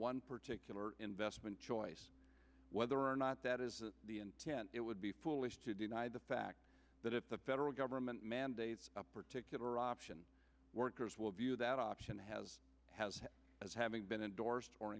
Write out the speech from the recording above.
one particular investment choice whether or not that is the intent it would be foolish to deny the fact that if the federal government mandates a particular option workers will view that option has as having been endors